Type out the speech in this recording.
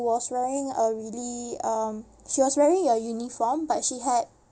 was wearing a really um she was wearing a uniform but she had